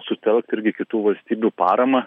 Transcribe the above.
sutelkt irgi kitų valstybių paramą